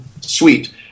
suite